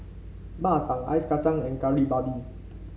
Bak Chang Ice Kacang and Kari Babi